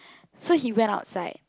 so he went outside